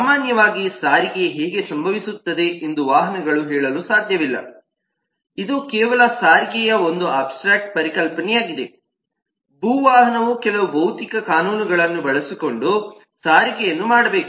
ಸಾಮಾನ್ಯವಾಗಿ ಸಾರಿಗೆ ಹೇಗೆ ಸಂಭವಿಸುತ್ತದೆ ಎಂದು ವಾಹನಗಳು ಹೇಳಲು ಸಾಧ್ಯವಿಲ್ಲ ಇದು ಕೇವಲ ಸಾರಿಗೆಯ ಒಂದು ಅಬ್ಸ್ಟ್ರ್ಯಾಕ್ಟ್ ಪರಿಕಲ್ಪನೆಯಾಗಿದೆ ಭೂ ವಾಹನವು ಕೆಲವು ಭೌತಿಕ ಕಾನೂನುಗಳನ್ನು ಬಳಸಿಕೊಂಡು ಸಾರಿಗೆಯನ್ನು ಮಾಡಬೇಕು